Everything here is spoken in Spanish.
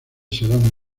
serán